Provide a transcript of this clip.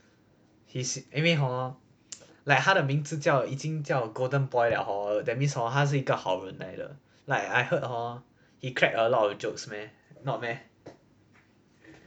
his 因为 hor like 他的名字叫已经叫 golden boy 了 hor then that means hor 他是一个好人来的 like I heard hor he cracked a lot of jokes meh not meh